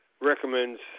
recommends